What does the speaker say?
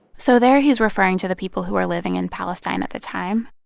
so there, he's referring to the people who were living in palestine at the time.